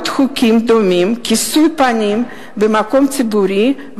חוקים דומים כיסוי פנים במקום ציבורי,